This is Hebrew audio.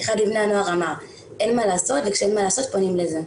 אחד מבני הנוער אמר: אין מה לעשות וכשאין מה לעשות פונים לזה.